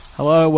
Hello